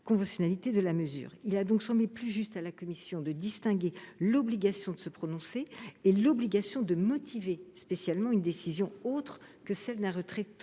de la mesure. Ainsi, il a semblé plus juste à la commission de distinguer entre l'obligation de se prononcer et l'obligation de motiver spécialement une décision autre que celle d'un retrait total de